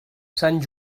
sant